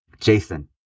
Jason